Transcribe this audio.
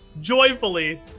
joyfully